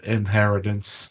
inheritance